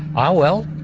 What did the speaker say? ah well.